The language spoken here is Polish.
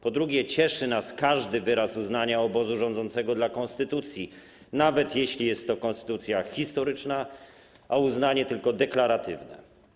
Po drugie, cieszy nas każdy wyraz uznania obozu rządzącego dla konstytucji, nawet jeśli jest to konstytucja historyczna, a uznanie - tylko deklaratywne.